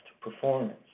performance